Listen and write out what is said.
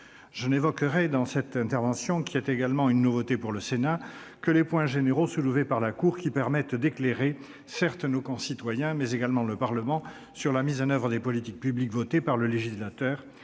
Je n'évoquerai dans cette intervention- un tel débat est une nouveauté pour le Sénat -que les points généraux soulevés par la Cour qui permettent d'éclairer nos concitoyens, mais également le Parlement sur la mise en oeuvre des politiques publiques votées par le législateur